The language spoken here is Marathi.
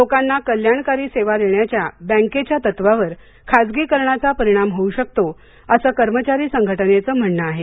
लोकांना कल्याणकारी सेवा देण्याच्या बँकेच्या तत्वावर खाजगीकरणाचा परिणाम होऊ शकतो असं कर्मचारी संघटनेचं म्हणणं आहे